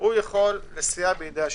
שיכול לסייע בידי השופט.